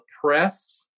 press